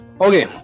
Okay